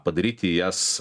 padaryti jas